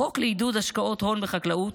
החוק לעידוד השקעות הון בחקלאות